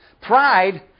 pride